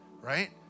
Right